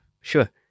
Sure